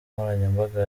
nkoranyambaga